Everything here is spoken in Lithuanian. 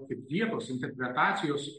kaip vietos interpretacijos